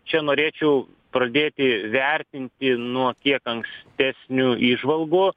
čia norėčiau pradėti vertinti nuo kiek ankstesnių įžvalgų